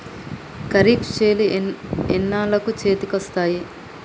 ఖరీఫ్ చేలు ఎన్నాళ్ళకు చేతికి వస్తాయి?